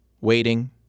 Waiting